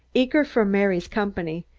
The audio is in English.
eager for mary's company,